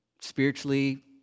spiritually